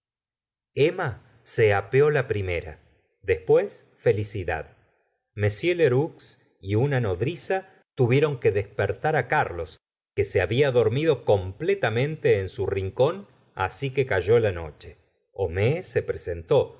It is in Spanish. emma se apeó la primera después felicidad m lheureux y una nodriza tuvieron que despertar carlos que se había dormido completamente en su rincón as que cayó la noche homais se presentó